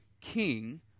king